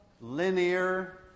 linear